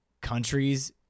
countries